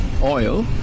oil